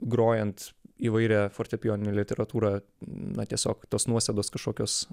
grojant įvairią fortepijoninę literatūrą na tiesiog tos nuosėdos kažkokios